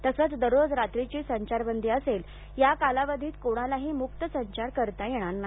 तसेच दररोज रात्रीची संचारबंदी असेल या कालावधीत कोणालाही मुक्त संचार करता येणार नाही